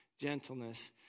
gentleness